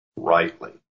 rightly